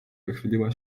wychyliła